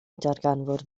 darganfod